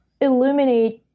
illuminate